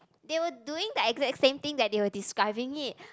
they were doing the exact same thing that they were describing it